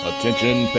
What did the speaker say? Attention